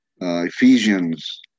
Ephesians